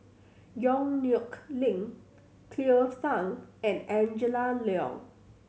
Yong Nyuk Lin Cleo Thang and Angela Liong